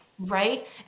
right